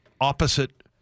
opposite